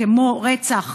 כמו רצח,